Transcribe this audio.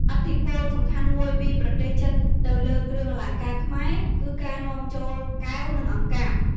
ឥទ្ធិពលសំខាន់មួយពីប្រទេសចិនទៅលើគ្រឿងអលង្ការខ្មែរ គឺការនាំចូលកែវ និងអង្កាំ។